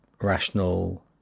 rational